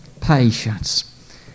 Patience